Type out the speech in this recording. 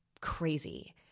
crazy